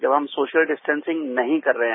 जब हम social distancing नहीं कर रहे हैं